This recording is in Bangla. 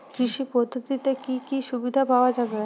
কৃষি পদ্ধতিতে কি কি সুবিধা পাওয়া যাবে?